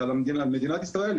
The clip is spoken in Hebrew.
ועל מדינת ישראל,